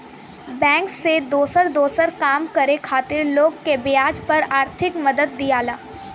bank से दोसर दोसर काम करे खातिर लोग के ब्याज पर आर्थिक मदद दियाला